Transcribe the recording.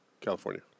California